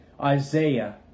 Isaiah